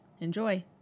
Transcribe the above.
Enjoy